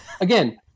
Again